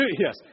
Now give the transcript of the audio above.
Yes